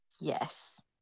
Yes